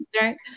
Right